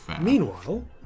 Meanwhile